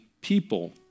people